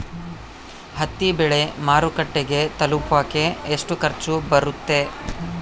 ಹತ್ತಿ ಬೆಳೆ ಮಾರುಕಟ್ಟೆಗೆ ತಲುಪಕೆ ಎಷ್ಟು ಖರ್ಚು ಬರುತ್ತೆ?